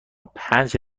پنج